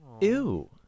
Ew